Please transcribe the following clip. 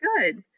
Good